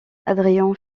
adrian